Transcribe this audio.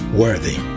worthy